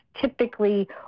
typically